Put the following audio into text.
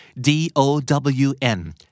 D-O-W-N